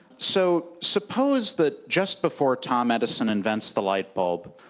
so, suppose that just before tom edison invents the light bulb,